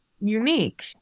unique